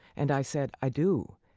and i said, i do.